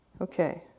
okay